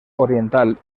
oriental